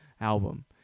album